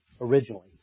originally